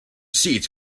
seats